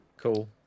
Cool